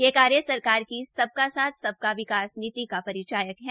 यह कार्य सरकार की सबका साथ सबका विकास नीति का परिचायक है